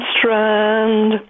Strand